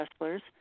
wrestlers